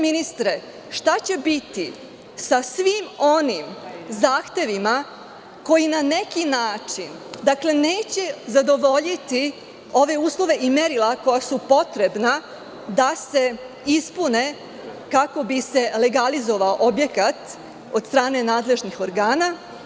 Šta će biti sa svim onim zahtevima koji na neki način neće zadovoljiti ove uslove i merila koja su potrebna da se ispune, kako bi se legalizovao objekat od strane nadležnih organa?